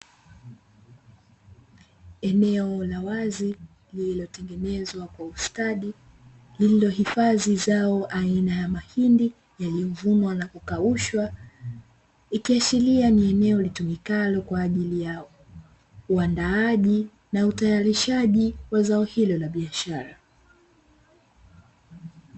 Eneo la wazi lililotengenezwa kw austadi, lililohifadhi zao aina ya mahindi yaliyovunwa na kukaushwa, ikiashiria ni eneo litumikalo kwa ajili ya uandaaji na utayarishaji wa zao hilo la biashara.